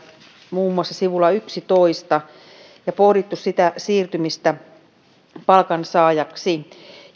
muun muassa sivulla yksitoista ja pohdittu sitä siirtymistä palkansaajaksi